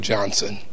Johnson